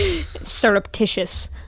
surreptitious